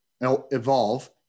evolve